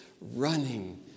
running